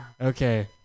Okay